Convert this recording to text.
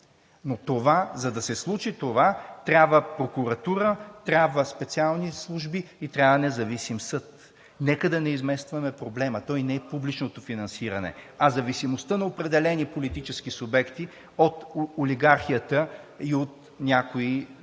За да се случи това, трябва прокуратура, трябва специални служби и трябва независим съд. Нека да не изместваме проблемът, той не е публичното финансиране, а зависимостта на определени политически субекти от олигархията и от някои – дори